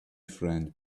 friend